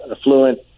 affluent